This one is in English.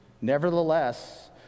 Nevertheless